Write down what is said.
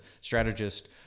strategist